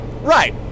Right